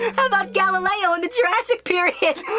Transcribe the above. how about galileo in the jurassic period